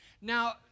now